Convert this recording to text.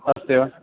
अस्ति वा